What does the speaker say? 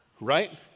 Right